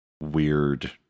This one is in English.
weird